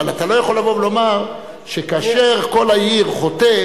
אבל אתה לא יכול לבוא ולומר שכאשר כל העיר חוטאת,